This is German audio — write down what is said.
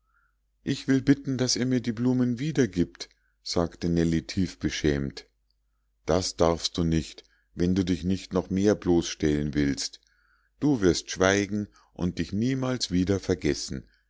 ich will bitten daß er mir die blumen wiedergiebt sagte nellie tief beschämt das darfst du nicht wenn du dich nicht noch mehr bloßstellen willst du wirst schweigen und dich niemals wieder vergessen